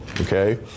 okay